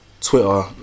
Twitter